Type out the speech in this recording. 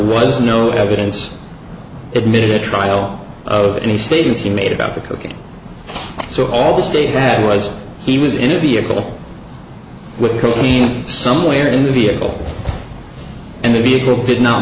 was no evidence it needed a trial of any statements he made about the cocaine so all the state had was he was in a vehicle with cocaine somewhere in the vehicle and the vehicle did not